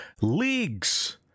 leagues